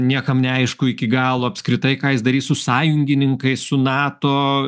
niekam neaišku iki galo apskritai ką jis darys su sąjungininkais su nato